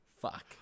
Fuck